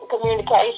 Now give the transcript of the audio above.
communication